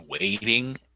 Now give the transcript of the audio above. waiting